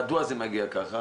מדוע זה מגיע ככה